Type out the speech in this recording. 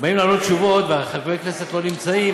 וחברי הכנסת לא נמצאים,